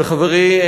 וחברי,